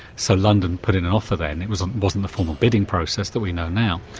so london put in an offer then it wasn't wasn't the formal bidding process that we know now.